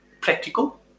practical